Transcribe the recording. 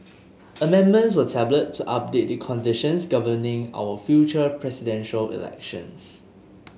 amendments were tabled to update the conditions governing our future Presidential Elections